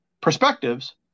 perspectives